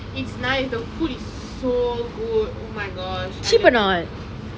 it's nice the food is so good oh my gosh I love it